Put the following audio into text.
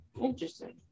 Interesting